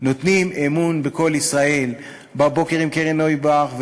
נותנים אמון ב"קול ישראל" בבוקר עם קרן נויבך,